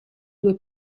due